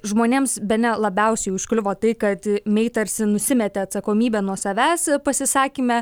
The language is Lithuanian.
žmonėms bene labiausiai užkliuvo tai kad mei tarsi nusimetė atsakomybę nuo savęs pasisakyme